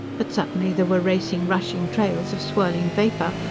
but suddenly there were racing, rushing trails of swirling vapor.